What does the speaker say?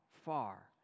far